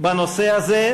בנושא הזה.